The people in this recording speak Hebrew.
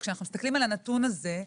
כשאנו מסתכלים על הנתון הזה,